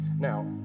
Now